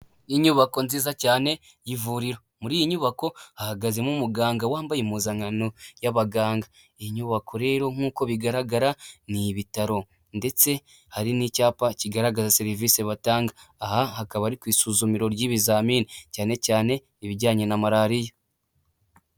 Inyubako nziza cyane y'ivuriro muri iyi nyubako hahagazemo umuganga wambaye impuzankano y'abaganga iyi nyubako rero nkuko bigaragara ni ibitaro ndetse hari n'icyapa kigaragaza serivisi batanga aha hakaba ari ku isuzumiro ry'ibizamini cyane cyane ibijyanye na marariya.